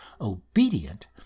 obedient